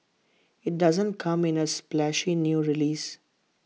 IT doesn't come in A splashy new release